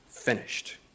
finished